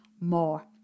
more